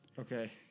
Okay